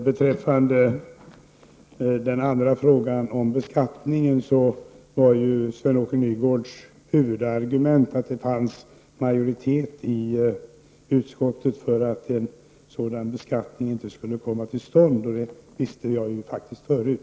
Beträffande frågan om beskattningen var Sven-Åke Nygårds huvudargument att det fanns majoritet i utskottet för att en sådan beskattning inte skulle komma till stånd. Det visste jag faktiskt förut.